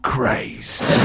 Crazed